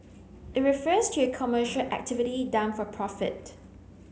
it refers to a commercial activity done for profit